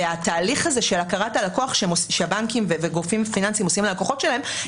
והתהליך הזה של הכרת הלקוח שהבנקים וגופים פיננסיים עושים ללקוחות שלהם,